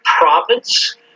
province